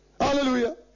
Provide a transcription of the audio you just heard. Hallelujah